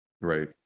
right